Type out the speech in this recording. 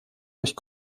durch